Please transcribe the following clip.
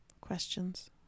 Questions